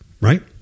Right